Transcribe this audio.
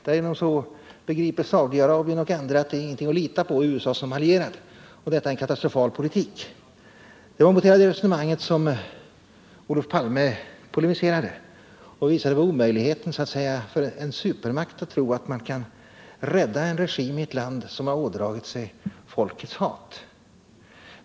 Därigenom begriper Saudi-Arabien och andra att USA som allierad inte är någonting att lita på. Detta är en katastrofal politik. Det var mot hela det resonemanget som Olof Palme polemiserade. Han visade att det var omöjligt för en supermakt att rädda en regim som har ådragit sig folkets hat.